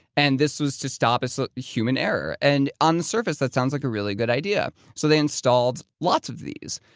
and this was to stop so human error. and on the surface that sounds like a really good idea, so they installed lots of these.